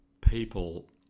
people